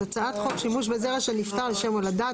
הצעת חוק שימוש בזרע של נפטר לשם הולדה,